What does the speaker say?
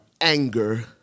anger